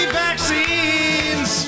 vaccines